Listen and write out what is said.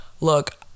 Look